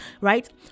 right